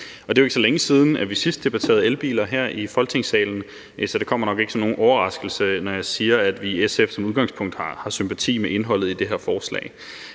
det er jo ikke så længe siden, at vi sidst debatterede elbiler her i Folketingssalen, så det kommer nok ikke som nogen overraskelse, når jeg siger, at vi i SF som udgangspunkt har sympati med indholdet i det her forslag.